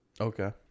Okay